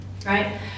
Right